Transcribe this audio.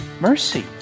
mercy